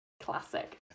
classic